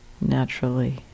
naturally